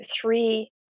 three